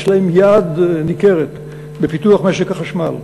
יש להם יד ניכרת בפיתוח משק החשמל.